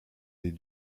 des